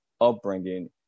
upbringing